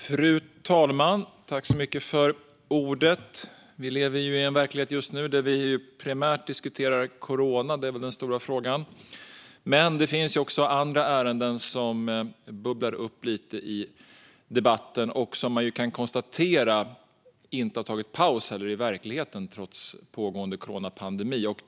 Fru talman! Vi lever just nu i en verklighet där vi primärt diskuterar coronaviruset. Det är väl den stora frågan. Men det finns också andra ärenden som bubblar upp lite i debatten och som, kan man konstatera, inte har tagit paus i verkligheten trots pågående coronapandemi.